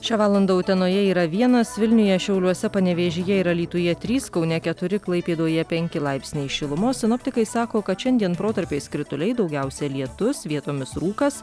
šią valandą utenoje yra vienas vilniuje šiauliuose panevėžyje ir alytuje trys kaune keturi klaipėdoje penki laipsniai šilumos sinoptikai sako kad šiandien protarpiais krituliai daugiausia lietus vietomis rūkas